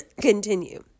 continue